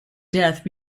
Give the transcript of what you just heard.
death